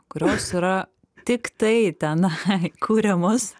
kurios yra tiktai tenai kuriamos